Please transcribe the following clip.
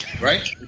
right